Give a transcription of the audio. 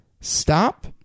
stop